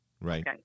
Right